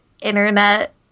internet